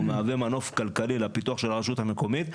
הוא מהוו ה מנוף כלכלי לפיתוח של הרשות המקומית.